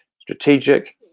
strategic